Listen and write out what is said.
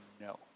no